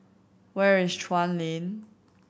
where is Chuan Lane